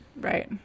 Right